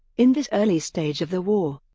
in this early stage of the war,